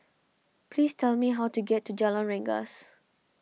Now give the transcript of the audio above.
please tell me how to get to Jalan Rengas